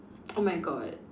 oh my god